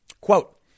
Quote